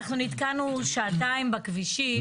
אנחנו נתקענו שעתיים בכבישים,